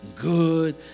good